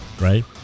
right